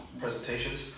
presentations